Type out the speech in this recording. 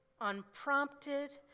unprompted